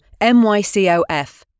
MYCOF